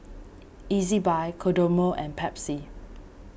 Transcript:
Ezbuy Kodomo and Pepsi